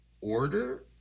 order